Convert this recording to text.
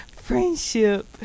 friendship